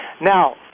Now